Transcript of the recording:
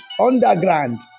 underground